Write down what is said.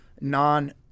non